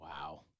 wow